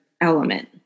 element